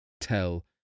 tell